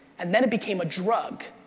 and then it became a drug,